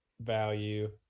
value